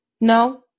No